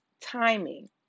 timing